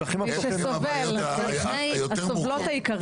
מי שסובל, הסובלות העיקריות.